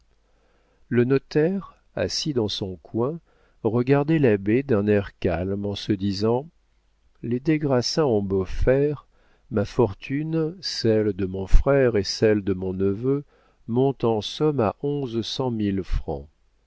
le notaire assis dans son coin regardait l'abbé d'un air calme en se disant les des grassins ont beau faire ma fortune celle de mon frère et celle de mon neveu montent en somme à onze cent mille francs